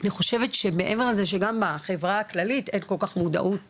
אני חושבת שמעבר לזה שגם בחברה הכללית אין כל כך מודעות